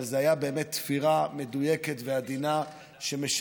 אבל זו הייתה באמת תפירה מדויקת ועדינה שמשנה